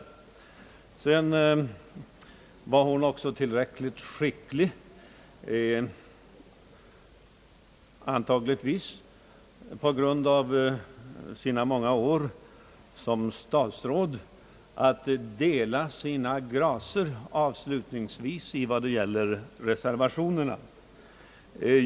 Fru Lindström visade också stor skicklighet — som antagligen berodde på hennes många år som statsråd — när hon avslutningsvis fördelade sina gracer på de olika reservationerna.